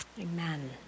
Amen